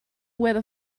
weather